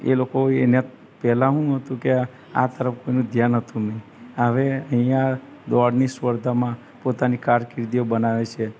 એ લોકો એને પહેલા શું હતું કે આ તરફ કોઈનું ધ્યાન હતું નહીં હવે અહીંયા દોડની સ્પર્ધામાં પોતાની કારકિર્દીઓ બનાવે છે